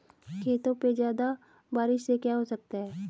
खेतों पे ज्यादा बारिश से क्या हो सकता है?